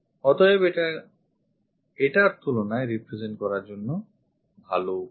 অতএব এটা এটার তুলনায় represent করার ভালো পথ বা উপায়